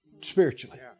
spiritually